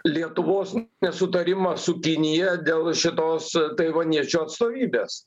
lietuvos nesutarimą su kinija dėl šitos taivaniečių atstovybės